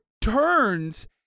turns